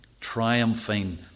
triumphing